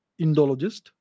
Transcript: Indologist